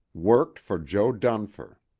worked for jo. dunfer.